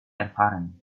erfahren